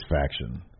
Faction